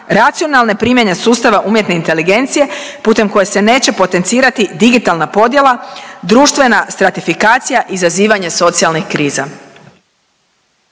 racionalne primjene sustava umjetne inteligencije putem koje se neće potencirati digitalna podjela, društvena stratifikacija, izazivanje socijalnih kriza.